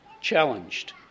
challenged